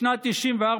בשנת 1994,